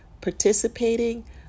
participating